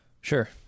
sure